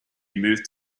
moved